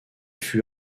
fut